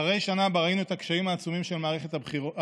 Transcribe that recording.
אחרי שנה שבה ראינו את הקשיים העצומים של מערכת הבריאות,